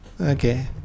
okay